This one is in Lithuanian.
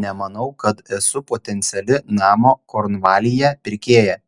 nemanau kad esu potenciali namo kornvalyje pirkėja